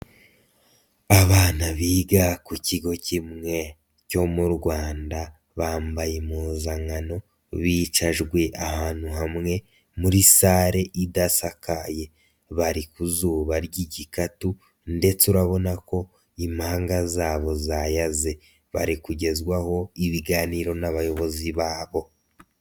Abana biga ku kigo kimwe cyo mu Rwanda bambaye impuzankano bicajwe ahantu hamwe muri sale idasakaye, bari ku zuba ry'igikatu ndetse urabona ko impanga zabo zayaze, bari kugezwaho ibiganiro n'abayobozi babo.